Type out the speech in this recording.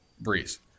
Breeze